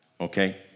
Okay